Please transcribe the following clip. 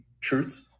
truths